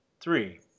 Three